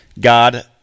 God